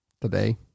Today